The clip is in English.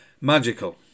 magical